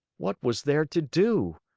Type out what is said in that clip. what was there to do?